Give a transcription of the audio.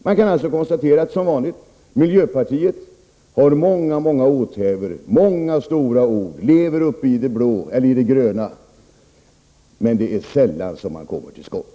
Man kan alltså konstatera att miljöpartiet som vanligt gör många åthävor och yttrar många stora ord — man lever uppe i det blå eller i det gröna — men det är sällan man kommer till skott.